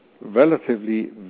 relatively